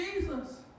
Jesus